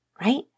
right